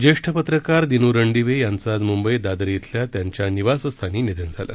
ज्येष्ठ पत्रकार दिनू रणदिवे यांच आज मुंबईत दादर इथं त्यांच्या निवासस्थानी निधन झालं